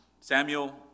Samuel